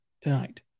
tonight